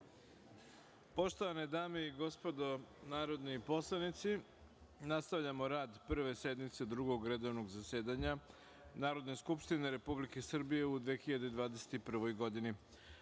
Poštovane dame i gospodo narodni poslanici, nastavljamo rad Prve sednice Drugog redovnog zasedanja Narodne skupštine Republike Srbije u 2021.Na